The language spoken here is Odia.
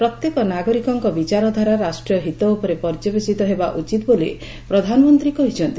ପ୍ରତ୍ୟେକ ନାଗରିକଙ୍କ ବିଚାରଧାରା ରାଷ୍ଟ୍ରୀୟ ହିତ ଉପରେ ପର୍ଯ୍ୟବସିତ ହେବା ଉଚିତ୍ ବୋଲି ପ୍ରଧାନମନ୍ତ୍ରୀ କହିଛନ୍ତି